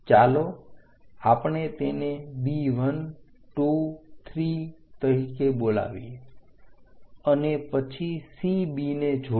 ચાલો આપણે તેને B 1 2 3 તરીકે બોલાવીએ અને પછી CB ને જોડીએ